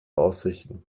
aussichten